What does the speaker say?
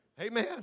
Amen